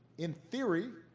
in theory,